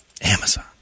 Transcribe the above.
Amazon